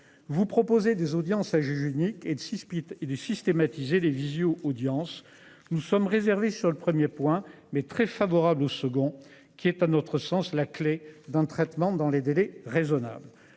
Vous proposez des audiences à juge unique et de 6, Pete et de systématiser les visio-audience nous sommes réservés sur le 1er point mais très favorable au second qui est à notre sens la clé d'un traitement dans les délais raisonnables.